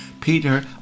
Peter